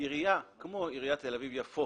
עירייה כמו עיריית תל אביב-יפו